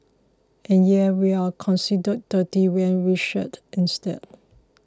and yeah we're considered dirty when we shed instead